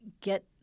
get